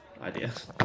Ideas